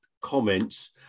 comments